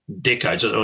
decades